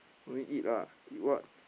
don't need eat lah eat what